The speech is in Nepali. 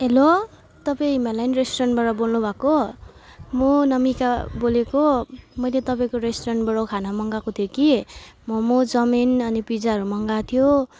हेलो तपाईँ हिमालयन रेस्टुरेन्टबाट बोल्नुभएको म नमिका बोलेको मैले तपाईँको रेस्टुरेन्टबाट खाना मगाएको थिएँ कि मोमो चौमिन अनि पिजाहरू मगाएको थियो